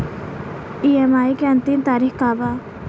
EMI के अंतिम तारीख का बा?